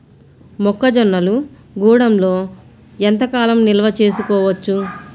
మొక్క జొన్నలు గూడంలో ఎంత కాలం నిల్వ చేసుకోవచ్చు?